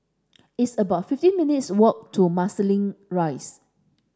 it's about fifteen minutes' walk to Marsiling Rise